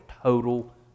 total